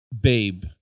babe